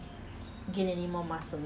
eight forty five ah